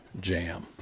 Jam